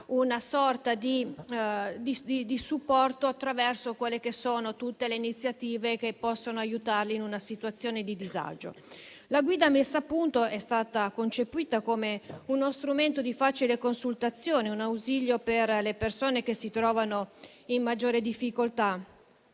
avessero un supporto per tutte le iniziative che possono aiutarli in una situazione di disagio. La guida messa a punto è stata concepita come uno strumento di facile consultazione, un ausilio per le persone che si trovano in maggiore difficoltà